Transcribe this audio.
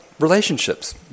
Relationships